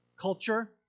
culture